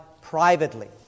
privately